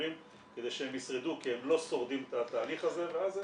האחרים כדי שהם ישרדו כי הם לא שורדים את התהליך ואז הם